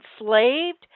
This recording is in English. enslaved